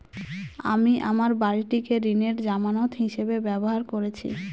আমি আমার বাড়িটিকে ঋণের জামানত হিসাবে ব্যবহার করেছি